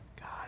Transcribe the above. god